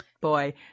Boy